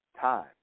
time